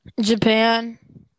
Japan